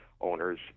owners